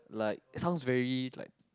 like sounds very like